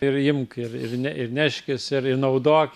ir imk ir ir ir neškis ir ir naudok